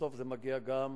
בסוף זה מגיע גם